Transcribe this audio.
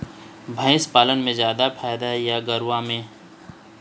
भंइस पालन म जादा फायदा हे या गरवा में?